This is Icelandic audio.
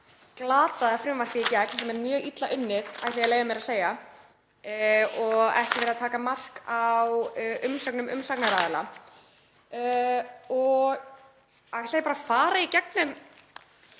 glataða frumvarpið í gegn, sem er mjög illa unnið, ætla ég að leyfa mér að segja, og ekki verið að taka mark á umsögnum umsagnaraðila. Ég ætla bara að fara í gegnum